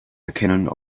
erkennen